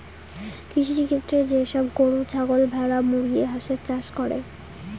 কৃষিক্ষেত্রে যে সব গরু, ছাগল, ভেড়া, মুরগি, হাঁসের চাষ করে